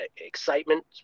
excitement